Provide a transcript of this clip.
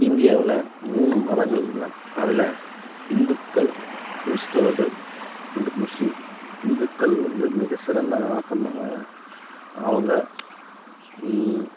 இந்தியாவில் மூணு மதங்கள் உள்ளன அதில் இந்துக்கள் கிறிஸ்தவர்கள் அண்ட் முஸ்லீம் இந்துக்கள் வந்து மிகச்சிறந்த அவங்க